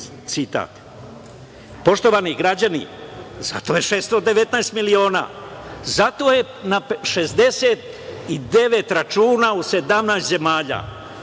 citat. Poštovani građani, zato je 619 miliona, zato je na 69 računa u 17 zemalja,